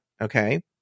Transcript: okay